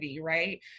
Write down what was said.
right